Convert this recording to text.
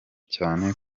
cyane